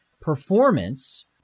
performance